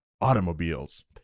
automobiles